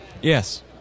yes